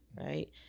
right